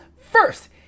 first